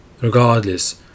regardless